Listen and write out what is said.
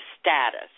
status